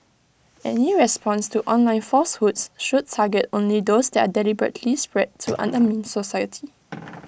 any response to online falsehoods should target only those that are deliberately spread to undermine society